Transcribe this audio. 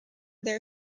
their